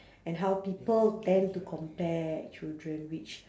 and how people tend to compare children which